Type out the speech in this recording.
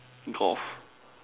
golf